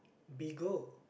bagel